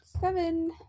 Seven